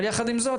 אבל יחד עם זאת,